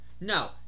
No